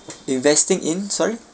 investing in sorry